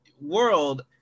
world